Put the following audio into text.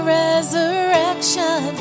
resurrection